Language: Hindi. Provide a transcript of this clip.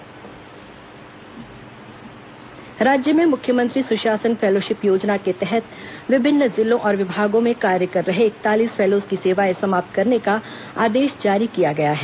फैलोज सेवाएं समाप्त राज्य में मुख्यमंत्री सुशासन फैलोशिप योजना के तहत विभिन्न जिलों और विभागों में कार्य कर रहे इकतालीस फैलोज की सेवाएँ समाप्त करने का आदेश जारी किया गया है